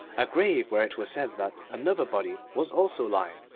a grave where it was said that another body was also lying,